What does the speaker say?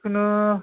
जिखुनु